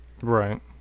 Right